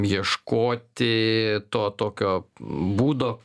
ieškoti to tokio būdo